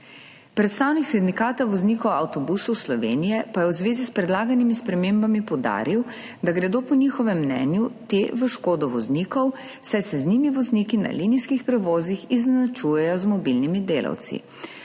Predsednik Sindikata voznikov avtobusov Slovenije pa je v zvezi s predlagani spremembami poudaril, da gredo po njihovem mnenju te v škodo voznikov, saj se z njimi vozniki na linijskih prevozih izenačujejo z mobilnimi delavci.